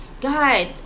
God